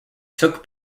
took